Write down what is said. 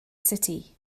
city